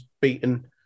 beaten